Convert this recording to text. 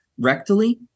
rectally